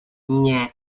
nie